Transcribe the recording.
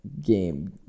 game